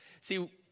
See